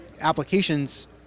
applications